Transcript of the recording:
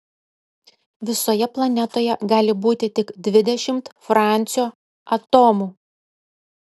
visoje planetoje gali būti tik dvidešimt francio atomų